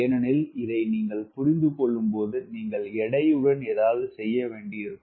ஏனெனில் இதை நீங்கள் புரிந்து கொள்ளும்போது நீங்கள் எடையுடன் ஏதாவது செய்ய வேண்டியிருக்கும்